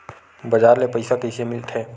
बजार ले पईसा कइसे मिलथे?